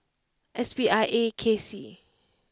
S P I A K C